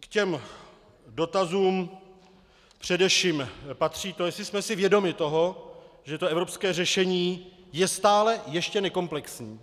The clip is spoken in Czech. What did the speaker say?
K dotazům především patří to, jestli jsme si vědomi toho, že to evropské řešení je stále ještě nekomplexní,